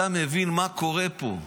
אתה מבין מה קורה פה.